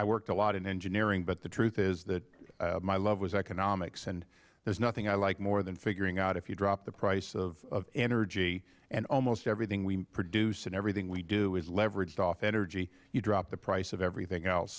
i've worked a lot in engineering but the truth is that my love was economics and there's nothing i like more than figuring out if you drop the price of energy and almost everything we produce and everything we do is leveraged off energy you drop the price of everything else